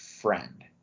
friend